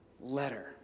letter